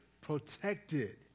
protected